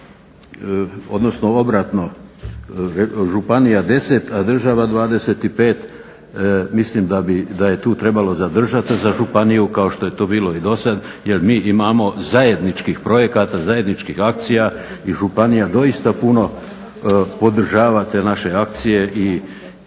odnosno obratno županija 10 a država 25 mislim da je tu trebalo zadržati za županiju kao što je to bilo i do sad jer mi imamo zajedničkih projekata, zajedničkih akcija i županija doista puno podržava te naše akcije i